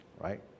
right